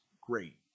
great